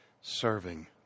serving